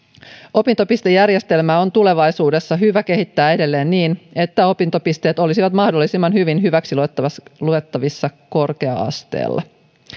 opintopistejärjestelmää on tulevaisuudessa hyvä kehittää edelleen niin että opintopisteet olisivat mahdollisimman hyvin hyväksi luettavissa luettavissa korkea asteella